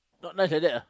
not nice like that ah